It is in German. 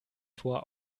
tor